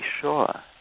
Sure